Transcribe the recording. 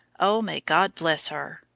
oh! may god bless her!